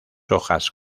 hojas